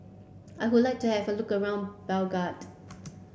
I would like to have a look around Belgrade